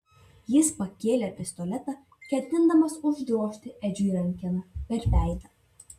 jis pakėlė pistoletą ketindamas uždrožti edžiui rankena per veidą